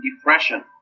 depression